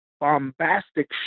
bombastic